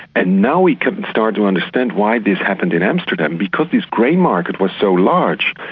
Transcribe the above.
and now we can start to understand why this happened in amsterdam, because this grain market was so large,